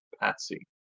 patsy